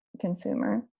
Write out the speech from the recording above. consumer